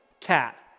cat